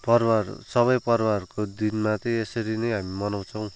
पर्वहरू सबै पर्वहरूको दिनमा चाहिँ यसरी नै हामी मनाउँछौँ